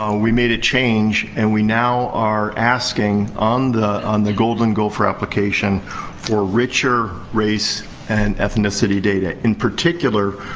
um we made a change and we now are asking on the on the golden gopher application for richer race and ethnicity data. in particular,